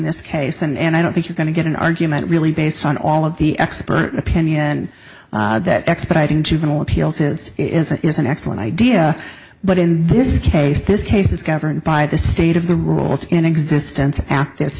this case and i don't think you're going to get an argument really based on all of the expert opinion that expediting juvenile appeals is is is an excellent idea but in this case this case is governed by the state of the rules in existence at this